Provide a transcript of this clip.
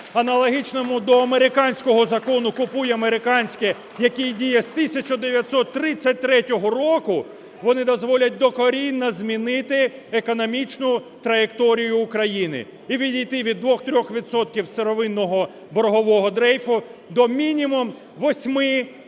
аналогічного до американського Закону "Купуй американське" який діє з 1933 року, вони дозволять докорінно змінити економічну траєкторію України і відійти від 2-3 відсотків сировинного боргового дрейфу до мінімум 8-10